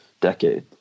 decade